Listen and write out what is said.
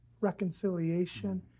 reconciliation